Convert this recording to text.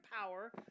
power